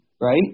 right